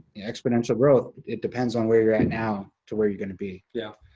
exponential growth, it depends on where you're at now to where you're gonna be. yeah,